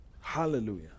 Hallelujah